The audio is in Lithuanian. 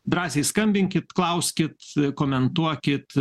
drąsiai skambinkit klauskit komentuokit